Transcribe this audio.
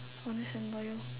honest and loyal